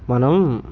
మనం